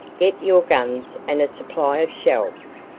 get your guns and a supply of shells.